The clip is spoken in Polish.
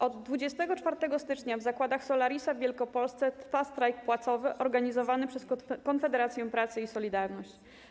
Od 24 stycznia w zakładach Solaris w Wielkopolsce trwa strajk płacowy organizowany przez Konfederację Pracy i „Solidarność”